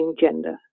gender